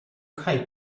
kite